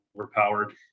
overpowered